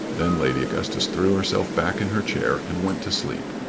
then lady augustus threw herself back in her chair and went to sleep,